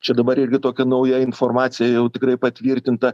čia dabar irgi tokia nauja informacija jau tikrai patvirtinta